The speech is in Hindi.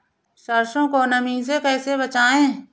सरसो को नमी से कैसे बचाएं?